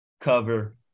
cover